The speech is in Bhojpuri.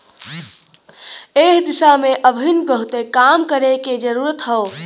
एह दिशा में अबहिन बहुते काम करे के जरुरत हौ